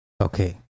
Okay